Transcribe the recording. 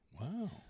Wow